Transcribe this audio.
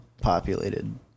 populated